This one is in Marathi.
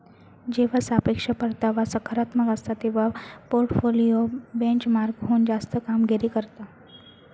जेव्हा सापेक्ष परतावा सकारात्मक असता, तेव्हा पोर्टफोलिओ बेंचमार्कहुन जास्त कामगिरी करता